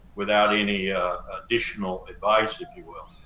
without any additional advice, if you will.